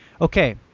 okay